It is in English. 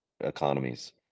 economies